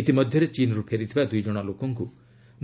ଇତିମଧ୍ୟରେ ଚୀନ୍ରୁ ଫେରିଥିବା ଦୁଇ ଜଣ ଲୋକଙ୍କୁ